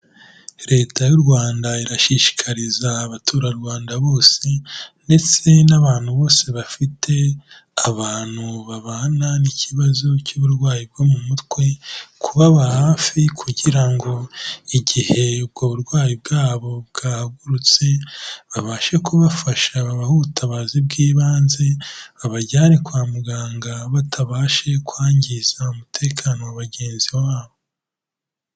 Leta y'u Rwanda irashishikariza abaturarwanda bose ndetse n'abantu bose bafite abantu babana n'ikibazo cy'uburwayi bwo mu mutwe, kubaba hafi kugira ngo igihe ubwo burwayi bwabo bwahagurutse babashe kubafasha babahe ubutabazi bw'ibanze, babajyane kwa muganga batabashe kwangiza umutekano wa bagenzi babo.